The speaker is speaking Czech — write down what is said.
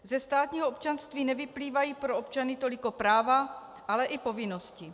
Ze státního občanství nevyplývají pro občany toliko práva, ale i povinnosti.